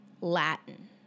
Latin